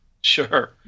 Sure